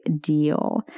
deal